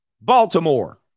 Baltimore